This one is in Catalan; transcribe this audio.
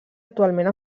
actualment